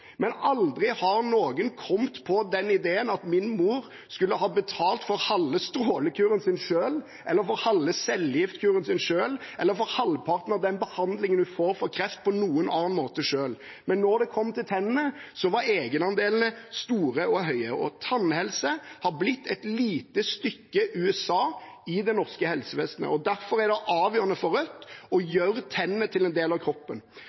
men aldri har noen kommet på den ideen at min mor selv skulle ha betalt for halve strålekuren sin, for halve cellegiftkuren sin, eller for halvparten av den behandlingen hun får for kreft på noen annen måte. Når det kom til tennene, var egenandelene store og høye. Tannhelse har blitt et lite stykke USA i det norske helsevesenet. Derfor er det avgjørende for Rødt å gjøre tennene til en del av kroppen.